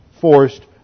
forced